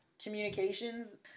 Communications